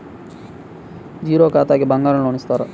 Zero ఖాతాకి బంగారం loan ఇస్తారా?